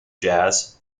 jazz